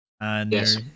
Yes